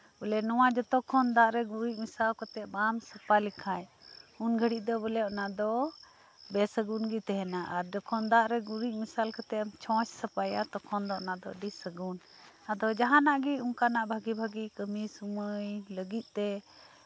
ᱵᱚᱞᱮ ᱱᱚᱶᱟ ᱡᱷᱚᱛᱚ ᱠᱷᱚᱱ ᱫᱟᱜ ᱨᱮ ᱜᱩᱨᱤᱡ ᱢᱮᱥᱟ ᱠᱟᱛᱮ ᱵᱟᱢ ᱥᱟᱯᱷᱟ ᱞᱮᱠᱷᱟᱱ ᱩᱱ ᱜᱷᱟᱹᱲᱤᱡ ᱫᱚ ᱵᱚᱞᱮ ᱚᱱᱟ ᱫᱚ ᱵᱮᱼᱥᱟᱜᱩᱱ ᱜᱮ ᱛᱟᱦᱮᱱᱟ ᱟᱨ ᱡᱚᱠᱷᱚᱱ ᱫᱟᱜ ᱨᱮ ᱜᱩᱨᱤᱡ ᱢᱮᱥᱟᱞ ᱠᱟᱛᱮ ᱮᱢᱪᱷᱚᱸᱪ ᱢᱮᱥᱟᱭᱟ ᱩᱱ ᱫᱚ ᱚᱱᱟ ᱫᱚ ᱟᱹᱰᱤ ᱥᱟᱹᱜᱩᱱ ᱟᱫᱚ ᱡᱟᱦᱟᱱᱟᱜ ᱜᱮ ᱚᱱ ᱠᱟᱱᱟᱜ ᱵᱷᱟᱜᱮᱼᱵᱷᱟᱜᱮ ᱠᱟᱢᱤ ᱥᱚᱢᱚᱭ ᱞᱟᱜᱤᱫ ᱛᱮ